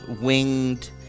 winged